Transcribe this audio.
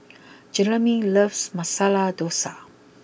Jereme loves Masala Dosa